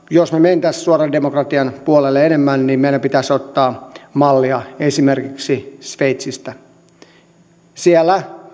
jos me menisimme suoran demokratian puolelle enemmän niin meidän pitäisi ottaa mallia esimerkiksi sveitsistä siellä